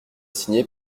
signé